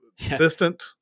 assistant